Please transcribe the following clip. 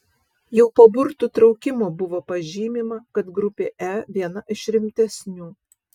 jau po burtų traukimo buvo pažymima kad grupė e viena iš rimtesnių